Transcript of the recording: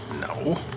No